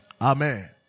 Amen